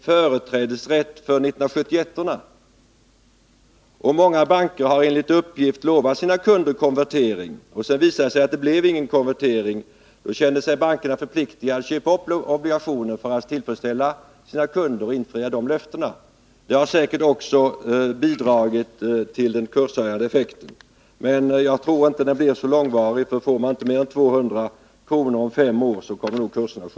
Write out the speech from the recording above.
För 1981 års obligationer finns det ingen företrädesrätt för 1971-orna. Många banker har